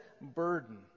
burden